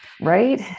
Right